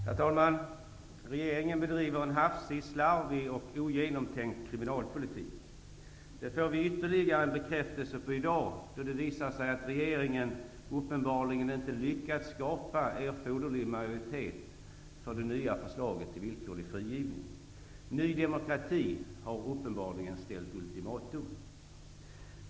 Herr talman! Regeringen bedriver en hafsig, slarvig och ogenomtänkt kriminalpolitik. Det får vi ytterligare en bekräftelse på i dag, då det visar sig att regeringen uppenbarligen inte lyckats skapa erforderlig majoritet för det nya förslaget till villkorlig frigivning. Ny demokrati har uppenbarligen ställt ultimatum.